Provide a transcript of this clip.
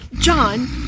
John